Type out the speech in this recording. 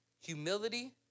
humility